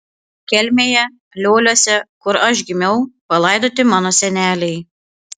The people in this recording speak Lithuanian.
kelmėje lioliuose kur aš gimiau palaidoti mano seneliai